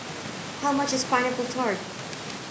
how much is pineapple tart